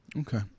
Okay